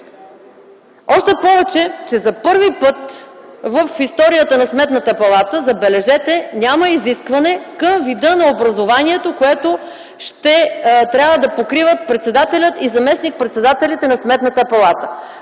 Още повече, че за първи път в историята на Сметната палата, забележете, няма изискване към вида на образованието, което ще трябва да покриват председателят и заместник-председателите на Сметната палата.